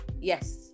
yes